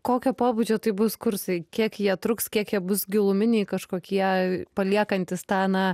kokio pobūdžio tai bus kursai kiek jie truks kiek jie bus giluminiai kažkokie paliekantys tą na